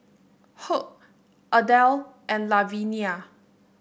Hugh Adele and Lavinia